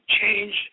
change